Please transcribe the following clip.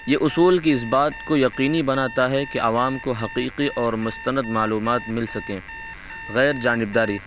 یہ اصول کی اس بات کو یقینی بناتا ہے کہ عوام کو حقیقی اور مستند معلومات مل سکیں غیر جانبداری